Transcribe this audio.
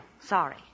Sorry